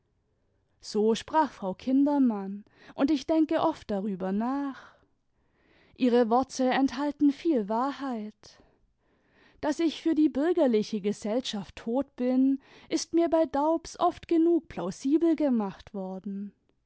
so sprach frau kindermann und ich denke oft darüber nach ihre worte enthalten viel wahrheit daß ich für die bürgerliche gesellschaft tot bin ist mir bei daubs oft genug plausibel gemacht worden